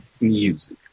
Music